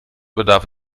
bedarf